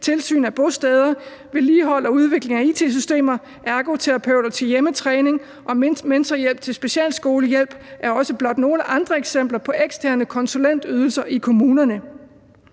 tilsyn af bosteder, vedligehold og udvikling af it-systemer, ergoterapi til hjemmetræning og mentorhjælp i specialskoler er også blot eksempler på eksterne konsulentydelser i kommunerne.